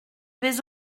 vais